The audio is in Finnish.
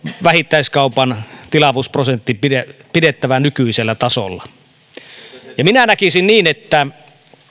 vähittäiskaupan tilavuusprosentti pidettävä pidettävä nykyisellä tasolla minä näkisin niin että